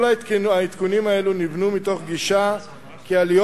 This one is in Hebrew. כל העדכונים האלו נבנו מתוך גישה כי עליות